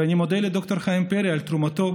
ואני מודה לד"ר חיים פרי על תרומתו